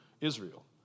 Israel